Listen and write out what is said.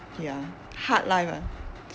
ya hard life ah